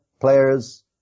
players